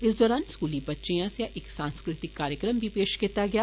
इस दौरान स्कूली बच्चें आस्सेआ इक सांस्कृतिक कार्यक्रम बी पेष कीता गेआ